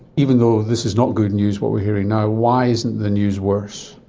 even though this is not good news, what we are hearing now, why isn't the news worse?